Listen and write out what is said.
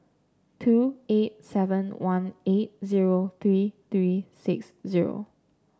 two eight seven one eight zero three three six zero